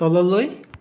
তললৈ